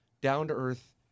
down-to-earth